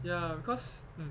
ya because